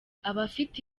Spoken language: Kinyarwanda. abafite